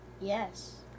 yes